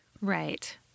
Right